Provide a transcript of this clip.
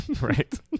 right